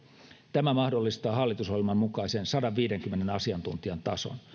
tämä mahdollistaa hallitusohjelman mukaisen sadanviidenkymmenen asiantuntijan tason